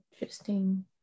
Interesting